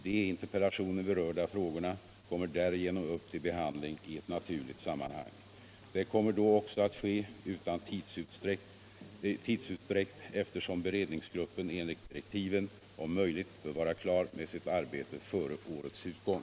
De i interpellationen berörda frågorna kommer därigenom upp till behandling i ett naturligt sammanhang. Det kommer då också att ske utan tidsutdräkt, eftersom beredningsgruppen enligt direktiven om möjligt bör vara klar med sitt arbete före årets utgång.